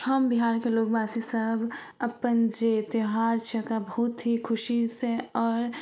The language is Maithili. हम बिहारके लोक वासी सभ अपन जे त्योहार छै ओकरा बहुत ही खुशीसे आओर